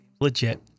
Legit